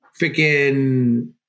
freaking